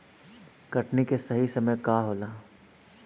कटनी के सही समय का होला?